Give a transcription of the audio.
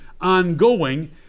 ongoing